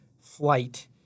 flight